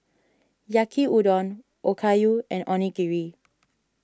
Yaki Udon Okayu and Onigiri